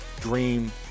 dream